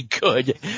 good